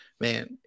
man